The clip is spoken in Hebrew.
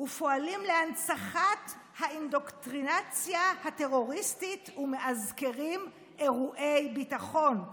ופועלים להנצחת האינדוקטרינציה הטרוריסטית ומאזכרים אירועי ביטחון.